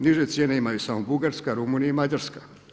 Niže cijene imaju samo Bugarska, Rumunjska i Mađarska.